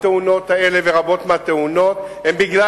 התאונות האלה ורבות מהתאונות הן בגלל